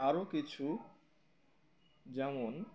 আরও কিছু যেমন